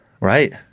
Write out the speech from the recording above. right